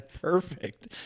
Perfect